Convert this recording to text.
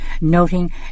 noting